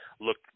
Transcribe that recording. look